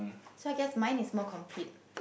so I guess mine is more complete